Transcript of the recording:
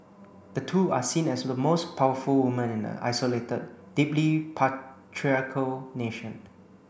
the two are seen as the most powerful women in the isolated deeply patriarchal nation